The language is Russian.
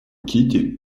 кити